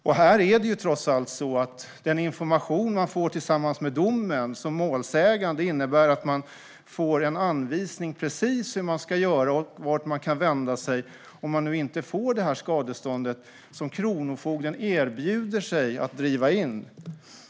Det är trots allt så att den information man som målsägande får tillsammans med domen innebär att man får en anvisning precis hur man ska göra och vart man kan vända sig om man inte får skadeståndet, som kronofogden erbjuder sig att driva in.